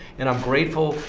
and i'm grateful,